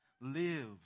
lives